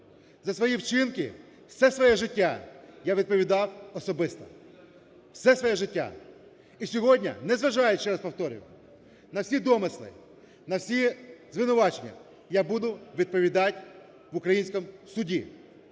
За свої вчинки все своє життя я відповідав особисто. Все своє життя. І сьогодні, незважаючи, ще раз повторюю, на всі домисли, на всі звинувачення я буду відповідати в українському суді.